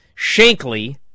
Shankly